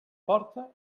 porta